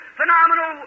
phenomenal